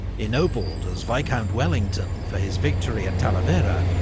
ennobled as viscount wellington for his victory at talavera,